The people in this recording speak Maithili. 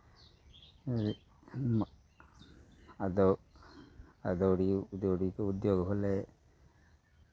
अदौ अदौ अदौरी उदौरीके उद्योग भेलै